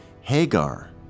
Hagar